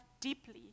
deeply